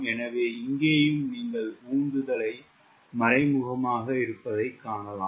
எனவே இங்கேயும் நீங்கள் உந்துதல் மறைமுகமாக இருப்பதைக் காணலாம்